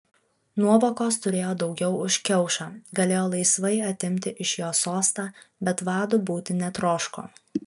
nuovokos turėjo daugiau už kiaušą galėjo laisvai atimti iš jo sostą bet vadu būti netroško